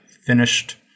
finished